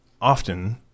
often